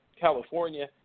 California